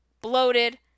bloated